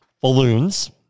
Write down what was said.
Balloons